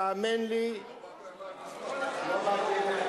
לא באת אלי בזמן.